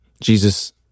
Jesus